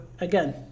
again